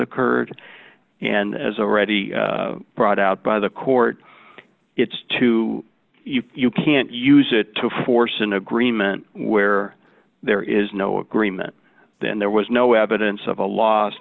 occurred and as already brought out by the court it's too you can't use it to force an agreement where there is no agreement then there was no evidence of a los